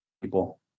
people